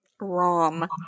Rom